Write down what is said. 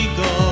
go